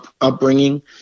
upbringing